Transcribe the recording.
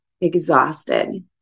exhausted